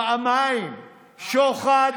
פעמיים שוחד,